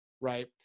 Right